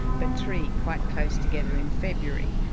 but three quite close together in february.